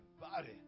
Body